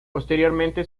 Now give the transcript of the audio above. posteriormente